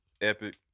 Epic